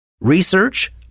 Research